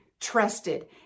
trusted